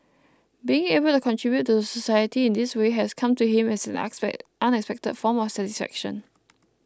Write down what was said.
being able to contribute to the society in this way has come to him as an expect unexpected form of satisfaction